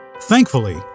Thankfully